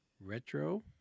retro